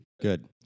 Good